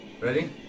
Ready